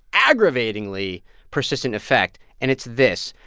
aggravatingly persistent effect, and it's this.